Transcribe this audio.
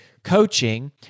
coaching